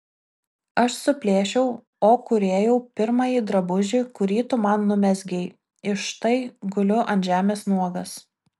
aš suplėšiau o kūrėjau pirmąjį drabužį kurį tu man numezgei iš štai guliu ant žemės nuogas